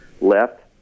left